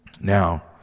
Now